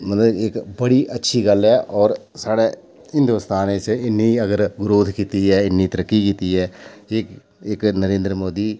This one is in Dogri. मतलब इक बड़ी अच्छी गल्ल ऐ होर साढ़े हिंदोस्तान च इन्नी गै अगर ग्रोथ कीती ऐ इन्नी तरक्की कीती ऐ कि इक नरेंद्र मोदी